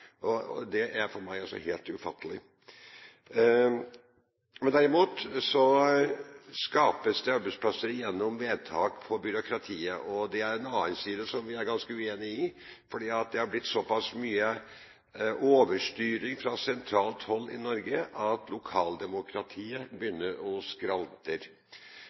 forskjell, og det er for meg altså helt ufattelig. Derimot skapes det arbeidsplasser gjennom vedtak i byråkratiet. Det er en annen side som vi er ganske uenige i, for det har blitt såpass mye overstyring fra sentralt hold i Norge at lokaldemokratiet begynner å